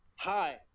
hi